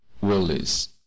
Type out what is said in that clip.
willis